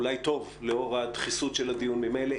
אולי טוב לאור הדחיסות של הדיונים האלה.